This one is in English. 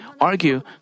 argue